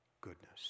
goodness